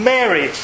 Mary